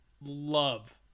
love